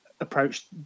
approached